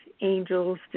angels